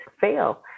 fail